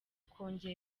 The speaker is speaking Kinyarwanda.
kongera